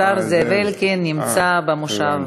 השר זאב אלקין נמצא במושב.